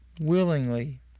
willingly